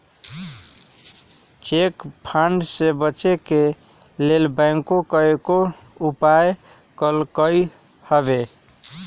cheque fraud से बचे के लेल बैंकों कयगो उपाय कलकइ हबे